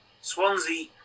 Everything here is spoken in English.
Swansea